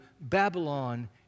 Babylon